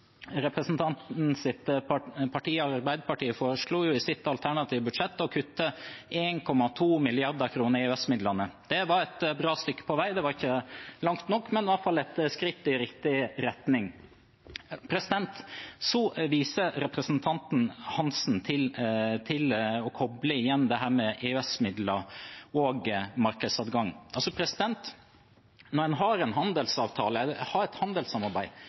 representanten Hansen følte seg truffet, men på det området vil jeg si at Arbeiderpartiet har beveget seg i noe positiv retning. Representantens parti, Arbeiderpartiet, foreslo i sitt alternative budsjett å kutte 1,2 mrd. kr i EØS-midlene. Det var et bra stykke på vei. Det var ikke langt nok, men iallfall et skritt i riktig retning. Så kobler representanten Hansen igjen dette med EØS-midler og markedsadgang. Når en har en handelsavtale, eller et handelssamarbeid,